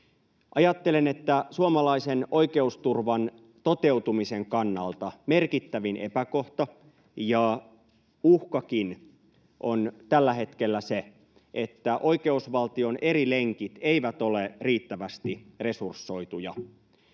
Ajattelen, että suomalaisen oikeusturvan toteutumisen kannalta merkittävin epäkohta ja uhkakin on tällä hetkellä se, että oikeusval-tion eri lenkit eivät ole riittävästi resursoituja.